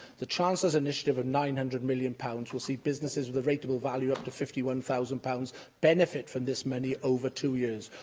the chancellor's initiative of nine hundred million pounds will see businesses with a rateable value of up to fifty one thousand pounds benefit from this money over two years.